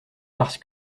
parce